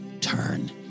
turn